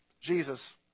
Jesus